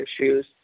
issues